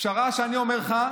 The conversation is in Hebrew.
פשרה שאני אומר לך,